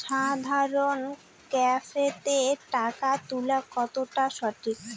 সাধারণ ক্যাফেতে টাকা তুলা কতটা সঠিক?